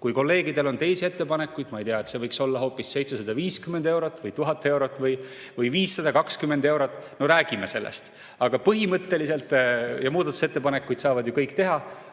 Kui kolleegidel on teisi ettepanekuid, ma ei tea, et see võiks olla hoopis 750 eurot või 1000 eurot või 520 eurot, no räägime sellest – muudatusettepanekuid saavad ju kõik teha